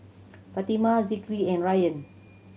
Fatimah Zikri and Ryan